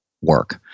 work